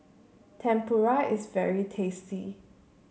Tempura is very tasty